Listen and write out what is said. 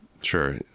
Sure